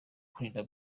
perezida